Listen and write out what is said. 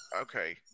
Okay